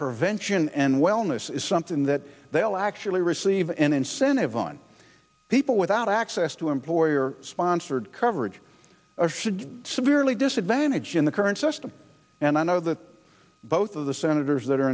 prevention and wellness is something that they'll actually receive an incentive on people without access to employer sponsored coverage of should severely disadvantage in the current system and i know that both of the senators that are